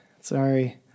sorry